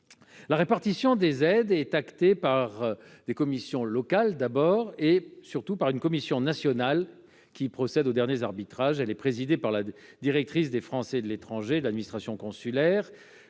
La répartition des aides est actée par des commissions locales, puis par une commission nationale, qui procède aux arbitrages. Présidée par la directrice des Français de l'étranger et de l'administration consulaire,